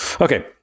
Okay